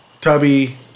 Tubby